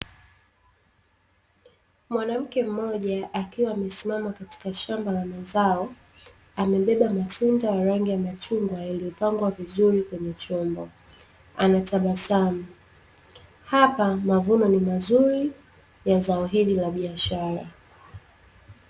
Mwanamke mmoja akiwa amesimama katika shamba la mazao, amebeba matunda ya rangi ya machungwa, yaliyopangwa vizuri kwenye chombo, anatabasamu. Hapa mavuno ni mazuri ya zao hili la biashara.